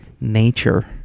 nature